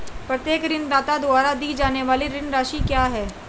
प्रत्येक ऋणदाता द्वारा दी जाने वाली ऋण राशि क्या है?